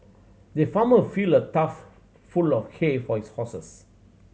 the farmer filled a tough full of hay for his horses